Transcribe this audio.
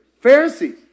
Pharisees